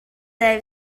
deve